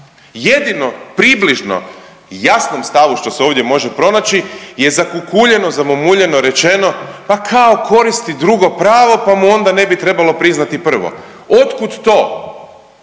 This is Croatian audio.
Jedino približno jasnom stavu što se ovdje može pronaći je zakukuljeno, zamumuljeno rečeno pa kao koristi drugo pravo pa mu onda ne bi trebalo priznati prvo. Od kud to?